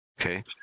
Okay